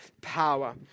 power